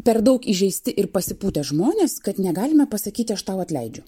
per daug įžeisti ir pasipūtę žmonės kad negalime pasakyti aš tau atleidžiu